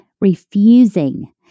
refusing